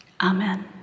Amen